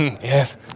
Yes